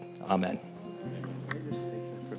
Amen